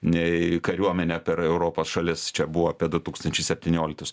nei kariuomenė per europos šalis čia buvo apie du tūkstančiai septynioliktus